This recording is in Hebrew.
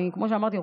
כמו שאמרתי,